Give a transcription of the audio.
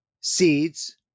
seeds